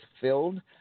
filled